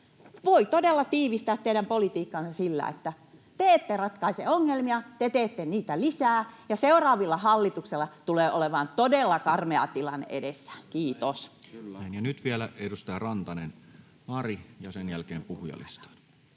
Voin todella tiivistää teidän politiikkanne niin, että te ette ratkaise ongelmia, te teette niitä lisää. Ja seuraavilla hallituksilla tulee olemaan todella karmea tilanne edessään. — Kiitos. [Speech 120] Speaker: Toinen varapuhemies